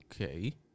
Okay